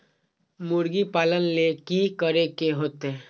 मुर्गी पालन ले कि करे के होतै?